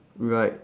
right